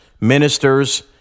ministers